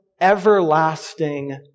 everlasting